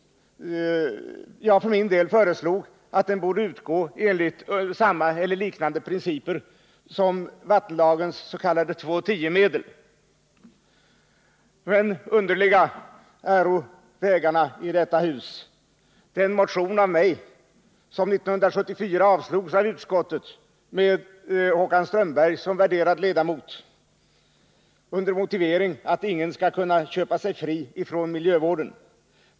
Jag för min del föreslog att denna borde utgå enligt liknande principer som gäller för vattenlagens s.k. 2:10-medel. Men underliga äro vägarna i detta hus. Den motion som jag väckte i frågan 1974 avstyrktes av utskottet med Håkan Strömberg som värderad ledamot under motiveringen att ingen skulle kunna köpa sig fri från miljövården.